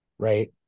right